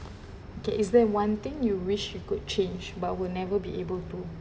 okay is there one thing you wish you could change but will never be able to